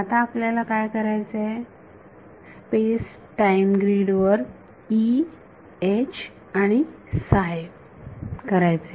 आता आपल्याला काय करायचे आहे स्पेस टाईम ग्रीड वर E H आणि साय करायचे आहे